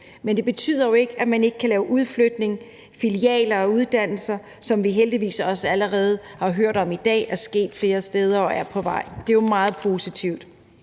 Men det betyder jo ikke, at man ikke kan lave udflytning, filialer og uddannelser, som vi heldigvis allerede også har hørt om i dag er sket flere steder og er på vej. Det er jo meget positivt.